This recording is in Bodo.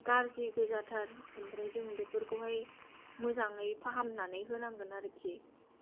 गाज्रि गोजा थार आमफ्राय जों बेफोरखौहाय मोजाङै फाहामनानै होनांगोन आरोखि